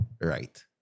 right